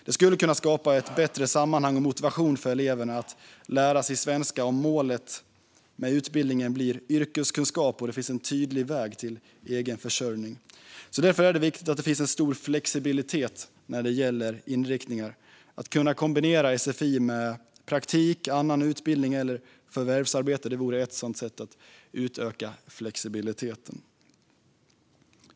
Det skulle kunna skapa ett bättre sammanhang och motivation för eleverna att lära sig svenska om målet med utbildningen blir yrkeskunskap och om det finns en tydlig väg till egen försörjning. Därför är det viktigt att det finns en stor flexibilitet när det gäller inriktningar. Att kunna kombinera sfi med praktik, annan utbildning eller förvärvsarbete vore ett sätt att utöka flexibiliteten.